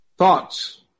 Thoughts